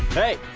hey!